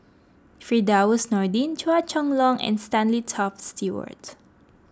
Firdaus Nordin Chua Chong Long and Stanley Toft Stewart